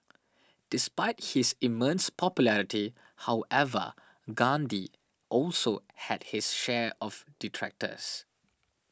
despite his immense popularity however Gandhi also had his share of detractors